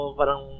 parang